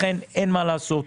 לכן אין מה לעשות,